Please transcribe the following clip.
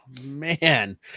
man